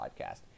podcast